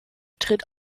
tritt